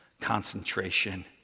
concentration